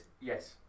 Yes